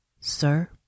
sir